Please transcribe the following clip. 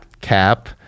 cap